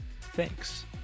Thanks